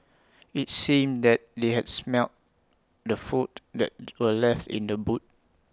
IT seemed that they had smelt the food that were left in the boot